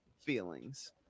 feelings